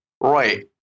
Right